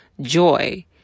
joy